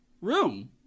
room